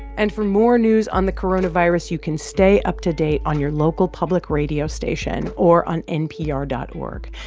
and for more news on the coronavirus, you can stay up to date on your local public radio station or on npr dot org.